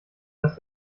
dass